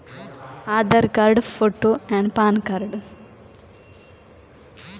Account open ಮಾಡಲು ಯಾವೆಲ್ಲ document ಬೇಕು?